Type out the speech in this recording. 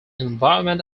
environment